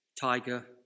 tiger